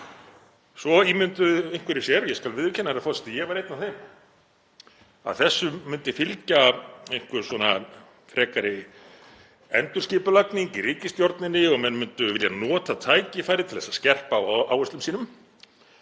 Svo ímynduðu einhverjir sér — ég skal viðurkenna, herra forseti, að ég var einn af þeim — að þessu myndi fylgja einhver svona frekari endurskipulagning í ríkisstjórninni og menn myndu vilja nota tækifærið til þess að skerpa á áherslum sínum.